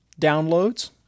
downloads